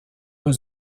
was